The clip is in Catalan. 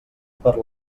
per